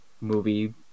movie